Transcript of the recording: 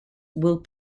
will